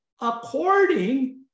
according